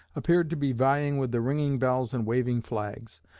appeared to be vying with the ringing bells and waving flags.